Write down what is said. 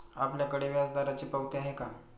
आपल्याकडे व्याजदराची पावती आहे का?